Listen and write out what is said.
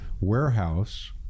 Warehouse